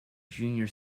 junior